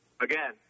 Again